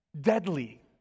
deadly